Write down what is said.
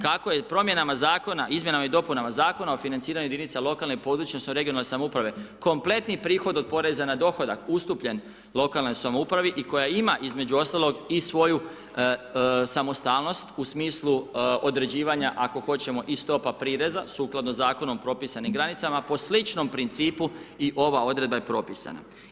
Kako je promjenama zakona, Izmjenama i dopunama Zakona o financiranju jedinica lokalne i područne, odnosno regionalne samouprave kompletni prihod od poreza na dohodak ustupljen lokalnoj samoupravi i koja ima između ostalog i svoju samostalnost u smislu određivanja ako hoćemo i stopa prireza sukladno zakonom propisanih granicama po sličnom principu i ova odredba je propisana.